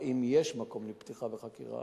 בחקירה, אם יש מקום לפתיחה בחקירה.